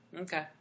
Okay